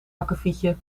akkefietje